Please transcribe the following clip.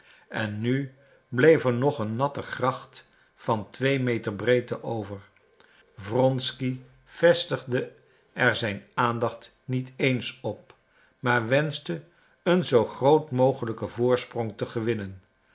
hoorde er bleef nu nog een natte gracht van twee meter breedte over wronsky vestigde er zijn aandacht niet eens op maar wenschende een zoo groot mogelijken voorsprong te gewinnen